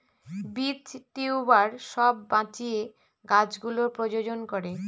বীজ, টিউবার সব বাঁচিয়ে গাছ গুলোর প্রজনন করে